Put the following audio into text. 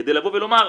כדי לבוא ולומר,